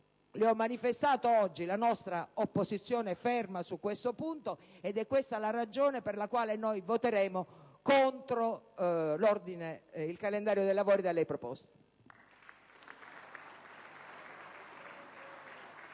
le ho manifestato oggi la nostra ferma opposizione su questo punto, ed è questa la ragione per la quale voteremo contro il calendario dei lavori da lei proposto.